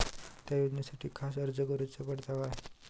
त्या योजनासाठी खास अर्ज करूचो पडता काय?